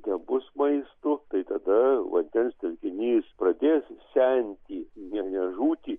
nebus maistu tai tada vandens telkinys pradės senti ne ne žūti